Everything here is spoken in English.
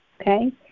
okay